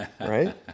Right